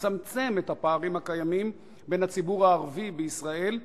לצמצם את הפערים הקיימים בין הציבור הערבי בישראל,